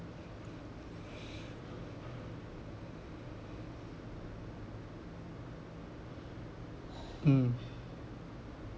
mm